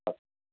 हा